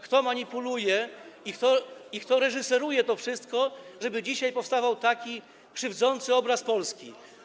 Kto manipuluje i kto reżyseruje to wszystko, żeby dzisiaj powstawał taki krzywdzący obraz Polski?